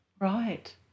Right